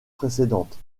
précédentes